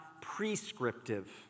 prescriptive